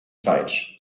falsch